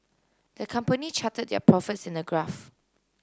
the company charted their profits in a graph